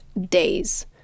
days